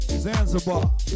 Zanzibar